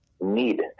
need